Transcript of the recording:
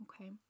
okay